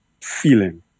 feeling